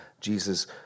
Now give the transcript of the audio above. Jesus